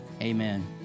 amen